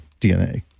DNA